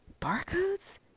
Barcodes